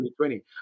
2020